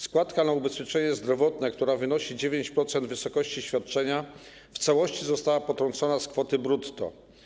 Składka na ubezpieczenie zdrowotne, która wynosi 9% wysokości świadczenia, w całości została potrącona z kwoty brutto.